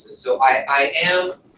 so i am